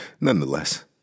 Nonetheless